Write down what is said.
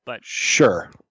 Sure